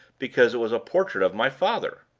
because it was a portrait of my father